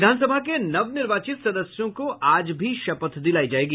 विधानसभा के नवनिर्वाचित सदस्यों को आज भी शपथ दिलायी जायेगी